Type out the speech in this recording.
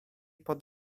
pod